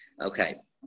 Okay